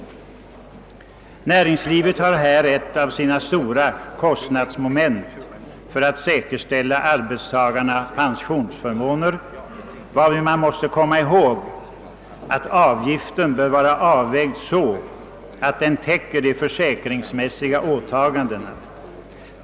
Näringslivet har i säkerställandet av arbetstagarnas pensionsförmåner en av sina mest betydande kostnadsfaktorer. Avgiften till ATP bör vara så avvägd, att den täcker försäkringsmässiga åtaganden.